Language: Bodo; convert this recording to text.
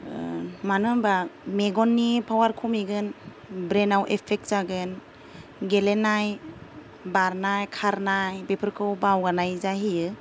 मानो होनबा मेगननि पावार खमिगोन ब्रैनाव एफेक्ट जागोन गेलेनाय बारनाय खारनाय बेफोरखौ बावगारनाय जाहैयो